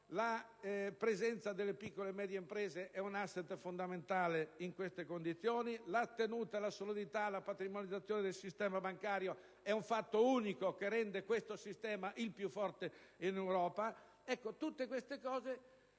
la presenza delle piccole e medie imprese è un *asset* fondamentale in queste condizioni; la tenuta, la solidità e la patrimonializzazione del sistema bancario è un fatto unico che rende questo sistema il più forte in Europa. Però tutte queste cose